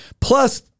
Plus